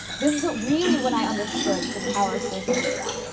this is really when i understood the power of social media